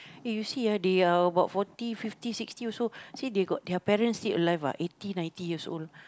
eh you see ah they are about forty fifty sixty also see they got their parents still alive what eighty ninety years old